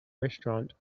restaurant